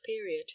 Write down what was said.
period